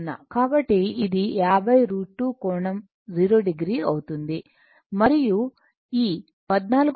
కాబట్టి ఇది 50 √ 2 కోణం 0 o అవుతుంది మరియు ఈ 14